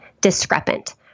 discrepant